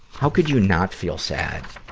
how could you not feel sad?